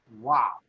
wow